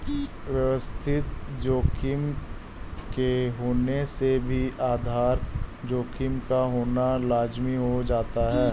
व्यवस्थित जोखिम के होने से भी आधार जोखिम का होना लाज़मी हो जाता है